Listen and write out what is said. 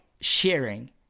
sharing